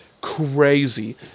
crazy